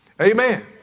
Amen